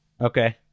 Okay